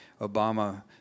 Obama